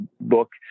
book